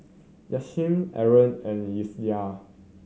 Yasmin Aaron and Elyas